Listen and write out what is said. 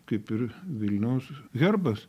kaip ir vilniaus herbas